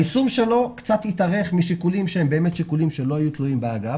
היישום שלו קצת התאריך משיקולים שהם באמת שיקולים שלא היו תלויים באגף.